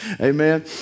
amen